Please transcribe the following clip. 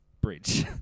bridge